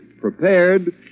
prepared